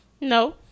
No